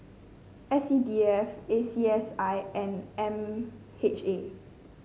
S C D F A C S I and M H A